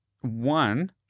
one